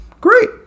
great